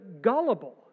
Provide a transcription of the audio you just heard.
gullible